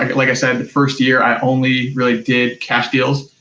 um like i said, the first year i only really did cash deals.